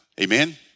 Amen